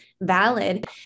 valid